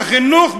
בחינוך,